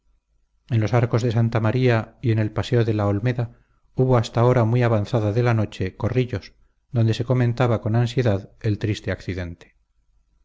en los arcos de santa maría y en el paseo de la olmeda hubo hasta hora muy avanzada de la noche corrillos donde se comentaba con ansiedad el triste accidente